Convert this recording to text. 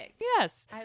Yes